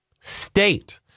state